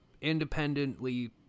independently